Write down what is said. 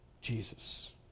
Jesus